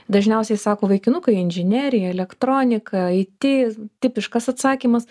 dažniausiai sako vaikinukai inžinerija elektronika it tipiškas atsakymas